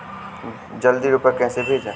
जल्दी रूपए कैसे भेजें?